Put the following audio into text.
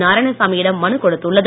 நராயணசாமி யிடம் மனு கொடுத்துள்ளது